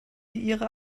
ihrer